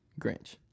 Grinch